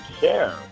share